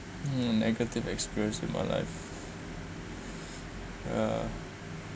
hmm negative experience with my life ah